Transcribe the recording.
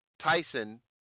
Tyson